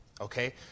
okay